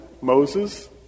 Moses